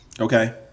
Okay